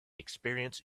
experience